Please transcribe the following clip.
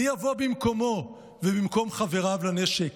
מי יבוא במקומו ובמקום חבריו לנשק?